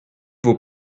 vos